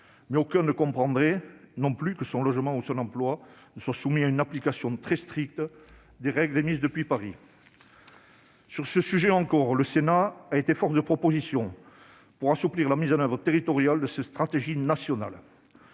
mais aucun ne comprendrait que son logement ou son emploi soit soumis à l'application très stricte de règles émises depuis Paris. Sur ce sujet encore, le Sénat a été force de proposition pour assouplir la mise en oeuvre territoriale de la stratégie nationale.